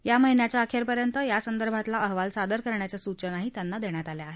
या महिन्याच्या अखेरपर्यंत या संदर्भातला अहवाल सादर करण्याच्या सूचनाही त्यांनी दिल्या आहेत